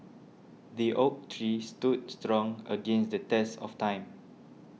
the oak tree stood strong against the test of time